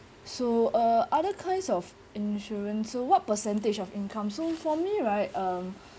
so uh other kinds of insurance so what percentage of income so for me right um